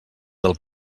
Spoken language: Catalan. del